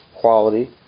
quality